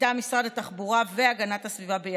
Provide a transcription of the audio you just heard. מטעם משרד התחבורה והגנת הסביבה ביחד,